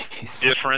different